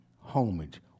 homage